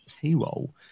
payroll